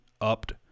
upped